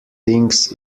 things